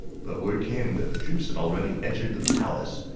but word came that the troops had already entered the palace.